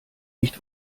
nicht